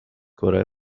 کره